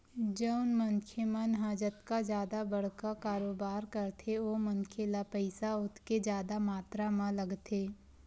जउन मनखे मन ह जतका जादा बड़का कारोबार करथे ओ मनखे ल पइसा ओतके जादा मातरा म लगथे